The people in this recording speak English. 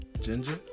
Ginger